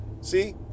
See